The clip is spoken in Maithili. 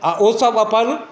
आओर ओसब अपन